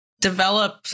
develop